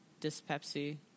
dyspepsy